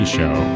Show